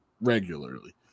regularly